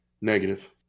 Negative